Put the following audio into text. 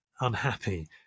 unhappy